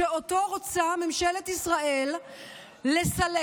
שאותו רוצה ממשלת ישראל לסלק,